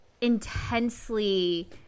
intensely